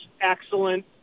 excellent